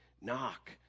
knock